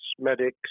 medics